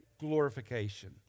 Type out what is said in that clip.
glorification